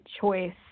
choice